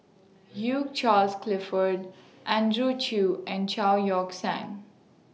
Hugh Charles Clifford Andrew Chew and Chao Yoke San